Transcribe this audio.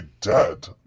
dead